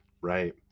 right